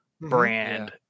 brand